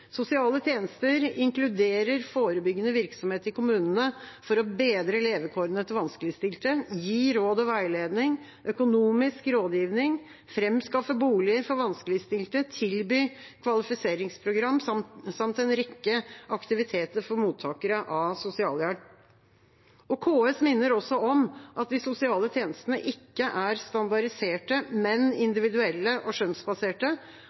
inkluderer forebyggende virksomhet i kommunen for å bedre levekårene til vanskeligstilte, gi råd og veiledning, økonomisk rådgivning, fremskaffe boliger for vanskeligstilte, tilby kvalifiseringsprogram, samt en rekke aktiviteter for mottakere av sosialhjelp.» KS minner også om at de sosiale tjenestene ikke er standardisert, men individuelle og